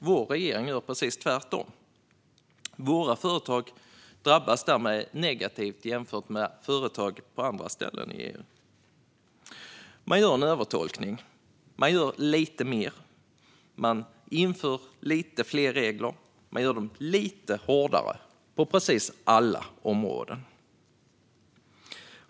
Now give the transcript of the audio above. Vår regering gör precis tvärtom. Därmed drabbas våra företag negativt jämfört med företag på andra ställen i EU. Man gör en övertolkning. Man gör lite mer. Man inför lite fler regler som blir lite hårdare på precis alla områden.